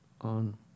on